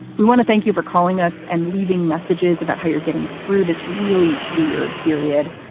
we want to thank you for calling us and leaving messages about how you're getting through this really weird period.